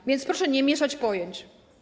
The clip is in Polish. A więc proszę nie mieszać pojęć.